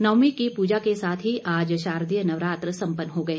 नवमीं की पूजा के साथ ही आज शारदीय नवरात्र सम्पन्न हो गए